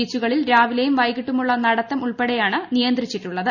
ബീച്ചുകളിൽ രാവിലെയും വൈകിട്ടുമുള്ള നടത്തം ഉൾപ്പെടെയാണ് നിയന്ത്രിച്ചിട്ടുള്ളത്